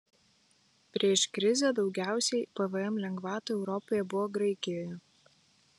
prieš krizę daugiausiai pvm lengvatų europoje buvo graikijoje